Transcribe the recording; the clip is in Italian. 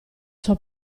sua